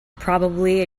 probably